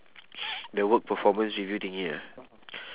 the work performance review thingy ah